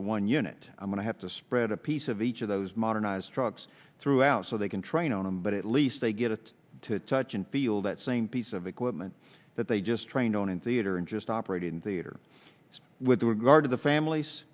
to one unit i'm going to have to spread a piece of each of those modernized trucks throughout so they can train on them but at least they get to touch and feel that same piece of equipment that they just trained on in theater and just operating theatre with regard to the